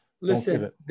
Listen